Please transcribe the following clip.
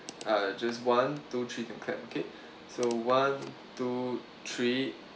uh just one two three can clap okay so one two three